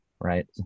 Right